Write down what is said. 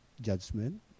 judgment